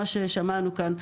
כמו ששמענו כאן.